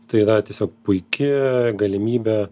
tai yra tiesiog puiki galimybė